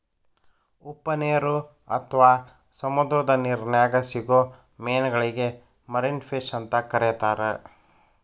ಉಪ್ಪನೇರು ಅತ್ವಾ ಸಮುದ್ರದ ನಿರ್ನ್ಯಾಗ್ ಸಿಗೋ ಮೇನಗಳಿಗೆ ಮರಿನ್ ಫಿಶ್ ಅಂತ ಕರೇತಾರ